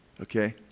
Okay